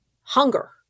hunger